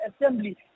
assembly